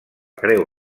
creu